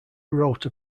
wrote